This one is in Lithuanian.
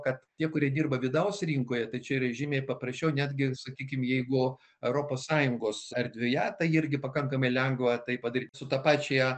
kad tie kurie dirba vidaus rinkoje tai čia yra žymiai paprasčiau netgi sakykim jeigu europos sąjungos erdvėje tai irgi pakankamai lengva tai padary su ta pačia